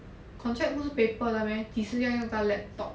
contract 不是 paper 的 meh 几时要用到 laptop